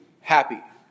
happy